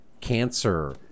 cancer